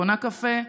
קונה קפה,